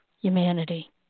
humanity